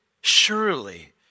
surely